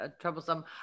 troublesome